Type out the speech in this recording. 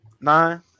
Nine